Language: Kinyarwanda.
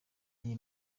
iyi